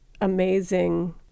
amazing